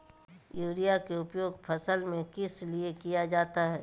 Urea के उपयोग फसल में किस लिए किया जाता है?